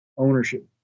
ownership